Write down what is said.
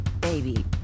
baby